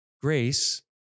grace